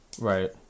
Right